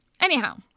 anyhow